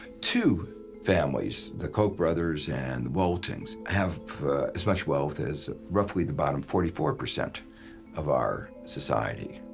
two families the koch brothers and the waltons have as much wealth as roughly the bottom forty four percent of our society.